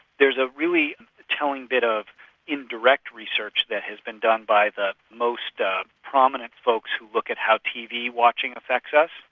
there's a really telling bit of indirect research that has been done by the most ah prominent folks who look at how tv watching affect us.